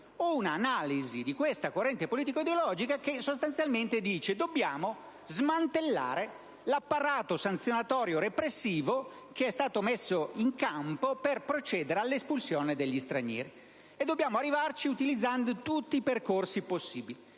un'analisi di questa corrente politico-ideologica che sostanzialmente dice che deve smantellare l'apparato sanzionatorio repressivo messo in campo per procedere all'espulsione degli stranieri. E dove arrivarci utilizzando tutti i percorsi possibili.